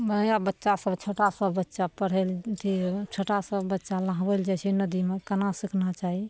नया बच्चा सब छोटा सब बच्चा पढ़य लए अथी छोटा सब बच्चा नहबय लए जाइ छै नदीमे केना सीखना चाही